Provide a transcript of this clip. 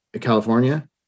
California